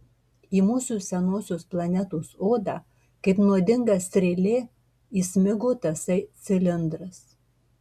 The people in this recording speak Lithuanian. į mūsų senosios planetos odą kaip nuodinga strėlė įsmigo tasai cilindras